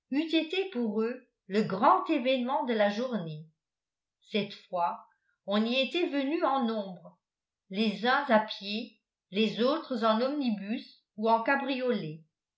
été pour eux le grand événement de la journée cette fois on y était venu en nombre les uns à pied les autres en omnibus ou en cabriolet